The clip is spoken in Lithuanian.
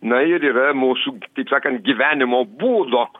na ir yra mūsų taip sakant gyvenimo būdo